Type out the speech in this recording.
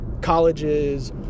colleges